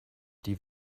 die